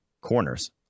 corners